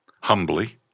humbly